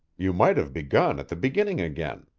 you might have begun at the beginning again.